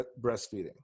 breastfeeding